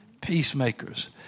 Peacemakers